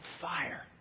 fire